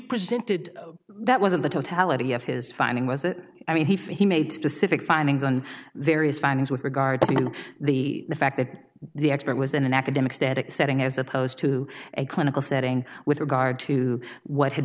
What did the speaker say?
presented that wasn't the totality of his finding was that i mean he made specific findings on various findings with regard to the fact that the expert was in an academic static setting as opposed to a clinical setting with regard to what had